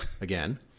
again